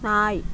நாய்